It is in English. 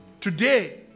Today